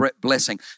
blessing